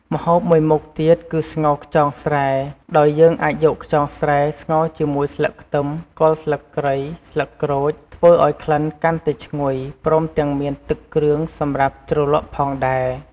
ម្ហូបមួយមុខទៀតគឺស្ងោរខ្យងស្រែ ដោយយើងអាចយកខ្យងស្រែស្ងោរជាមួយស្លឹកខ្ទឹម គល់ស្លឹកគ្រៃ ស្លឹកក្រូច ធ្វើឱ្យក្លិនកាន់តែឈ្ងុយ ព្រមទាំងមានទឹកគ្រឿងសម្រាប់ជ្រលក់ផងដែរ។